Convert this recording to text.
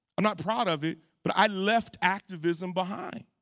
i'm not proud of it but i left activism behind